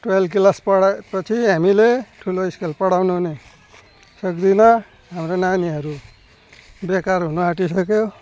twelve class पढाइपछि हामीले ठुलो स्कुल पढाउनु नै सक्दिनँ हाम्रो नानीहरू बेकार हुनु आँटिसक्यो